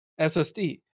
SSD